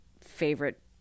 favorite